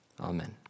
Amen